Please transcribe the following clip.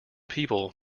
people